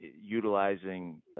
utilizing